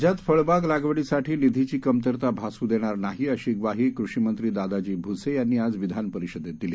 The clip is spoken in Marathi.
राज्यात फळबाग लागवडीसाठी निधीची कमतरता भासू देणार नाही अशी ग्वाही कृषी मंत्री दादाजी भूसे यांनी आज विधानपरिषदेत दिली